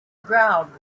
ground